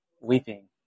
weeping